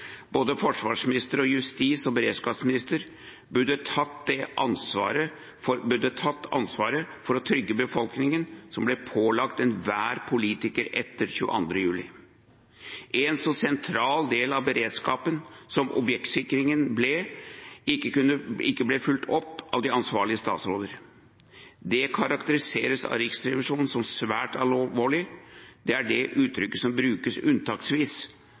Både forsvarsministeren og justis- og beredskapsministeren burde tatt det ansvaret for å trygge befolkningen som ble pålagt enhver politiker etter den 22. juli. En så sentral del av beredskapen som objektsikring er, ble ikke fulgt opp av de ansvarlige statsrådene. Det karakteriseres av Riksrevisjonen som «svært alvorlig». Det uttrykket brukes unntaksvis,